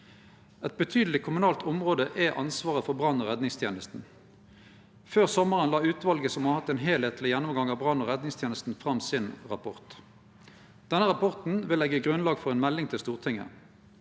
Eit betydeleg kommunalt område er ansvaret for brann- og redningstenesta. Før sommaren la utvalet som har hatt ein heilskapleg gjennomgang av brann- og redningstenesta, fram sin rapport. Denne rapporten vil leggje grunnlag for ei melding til Stortinget.